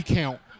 count